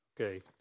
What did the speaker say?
Okay